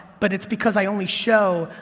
but it's because i only show,